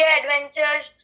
adventures